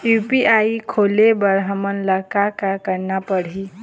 UPI खोले बर हमन ला का का करना पड़ही?